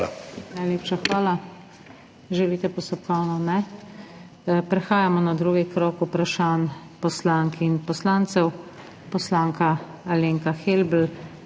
Najlepša hvala. Želite postopkovno? Ne. Prehajamo na drugi krog vprašanj poslank in poslancev. Poslanka Alenka Helbl